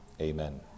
amen